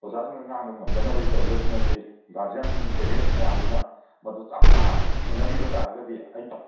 ꯑꯣꯖꯥꯁꯤꯡꯅ ꯉꯥꯡꯕ ꯉꯝꯗꯅꯕꯒꯤ ꯇꯧꯔꯤꯕꯁꯤꯡ ꯑꯁꯤ ꯒꯥꯔꯖꯤꯌꯥꯟꯁꯤꯡ ꯄꯦꯔꯦꯟꯁ ꯃꯌꯥꯝꯁꯤꯅ ꯃꯗꯨ ꯆꯞꯆꯥꯅ ꯊꯦꯡꯅꯕꯤꯕ ꯇꯥꯔꯒꯗꯤ ꯑꯩꯅ